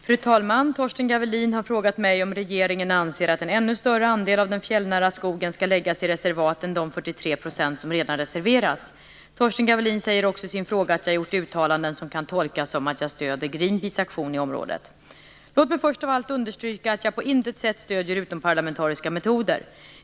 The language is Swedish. Fru talman! Torsten Gavelin har frågat mig om regeringen anser att en ännu större andel av den fjällnära skogen skall läggas i reservat än de 43 % som redan reserverats. Torsten Gavelin säger också i sin fråga att jag gjort uttalanden som kan tolkas som att jag stöder Greenpeace aktion i området. Låt mig först av allt understryka att jag på intet sätt stöder utomparlamentariska metoder.